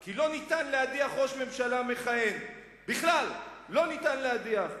כי לא ניתן להדיח ראש ממשלה מכהן" בכלל לא ניתן להדיח,